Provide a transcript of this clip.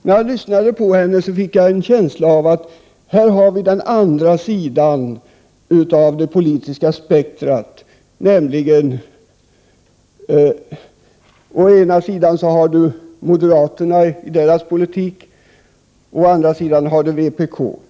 När jag lyssnade på henne fick jag en känsla av att vi här hörde den andra sidan av det politiska spektrat, där vi å ena sidan har moderaterna och deras politik och å andra sidan vpk.